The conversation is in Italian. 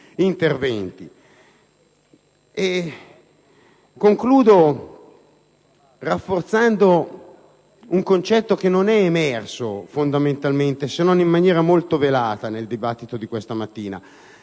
interventi. Concludo rafforzando un concetto che non è emerso, se non in maniera molto velata, nel dibattito di questa mattina.